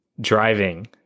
Driving